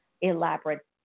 elaborate